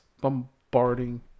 bombarding